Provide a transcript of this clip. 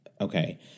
Okay